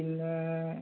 പിന്നെ